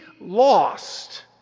lost